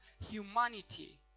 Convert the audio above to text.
humanity